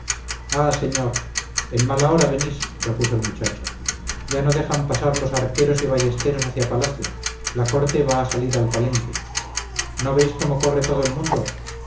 ah señor en mala hora venís repuso el muchacho ya no dejan pasar los archeros y ballesteros hacia palacio la corte va a salir al palenque no veis cómo corre todo el mundo